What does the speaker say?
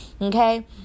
okay